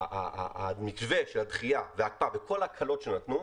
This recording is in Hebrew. מתווה הדחייה וההקפאה בכל הקלות שנתנו,